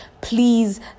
please